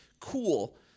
Cool